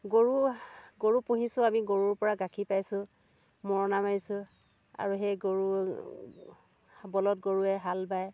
গৰু গৰু পুহিছোঁ আমি গৰুৰ পৰা গাখীৰ পাইছোঁ মৰণা মাৰিছোঁ আৰু সেই গৰু বলধ গৰুৱে হাল বায়